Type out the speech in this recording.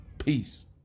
Peace